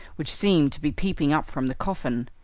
which seemed to be peeping up from the coffin.